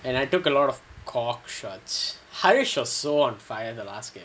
and I took a lot of court shots harish was so on fire the last game